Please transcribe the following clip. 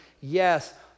Yes